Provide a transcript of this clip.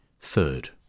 Third